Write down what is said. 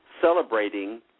celebrating